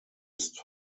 ist